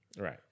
right